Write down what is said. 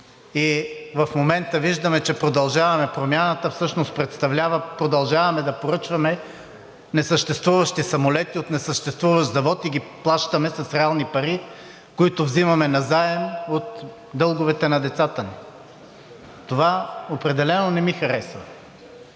И в момента виждаме, че „Продължаваме Промяната“ всъщност представляват: „Продължаваме да поръчваме несъществуващи самолети от несъществуващ завод и ги плащаме с реални пари, които взимаме на заем от дълговете на децата ни.“ Това определено не ми харесва.